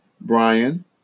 Brian